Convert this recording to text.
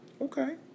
Okay